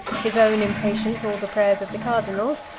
his own impatience or the prayers of the cardinals,